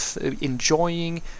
enjoying